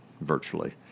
virtually